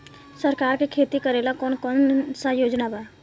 सरकार के खेती करेला कौन कौनसा योजना बा?